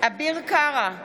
אביר קארה,